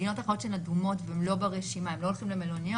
מדינות אדומות שהן לא ברשימה והנוסעים לא הולכים למלוניות,